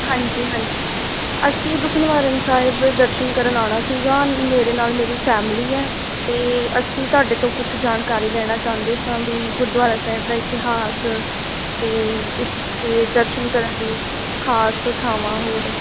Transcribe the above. ਹਾਂਜੀ ਹਾਂਜੀ ਅਸੀਂ ਦੁਖਨਿਵਾਰਨ ਸਾਹਿਬ ਦਰਸ਼ਨ ਕਰਨ ਆਉਣਾ ਸੀਗਾ ਮੇਰੇ ਨਾਲ ਮੇਰੀ ਫੈਮਲੀ ਹੈ ਅਤੇ ਅਸੀਂ ਤੁਹਾਡੇ ਤੋਂ ਕੁਛ ਜਾਣਕਾਰੀ ਲੈਣਾ ਚਾਹੁੰਦੇ ਸਾਂ ਵੀ ਗੁਰਦੁਆਰਾ ਸਾਹਿਬ ਦਾ ਇਤਿਹਾਸ ਅਤੇ ਇਹ ਅਤੇ ਦਰਸ਼ਨ ਕਰਨ ਲਈ ਖਾਸ ਥਾਵਾਂ ਹੋਰ